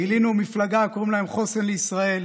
גילינו מפלגה, קוראים להם חוסן לישראל,